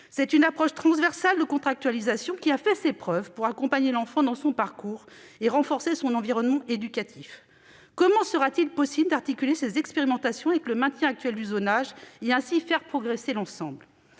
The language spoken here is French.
Cette approche transversale de contractualisation a fait ses preuves pour accompagner l'enfant dans son parcours et renforcer son environnement éducatif. Néanmoins, comment sera-t-il possible d'articuler ces expérimentations avec le maintien du zonage actuel et, ainsi, de faire progresser l'ensemble ?